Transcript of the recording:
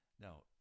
Now